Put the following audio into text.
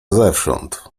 zewsząd